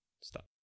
Stop